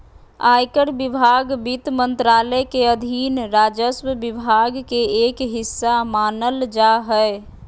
आयकर विभाग वित्त मंत्रालय के अधीन राजस्व विभाग के एक हिस्सा मानल जा हय